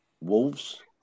Wolves